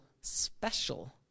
special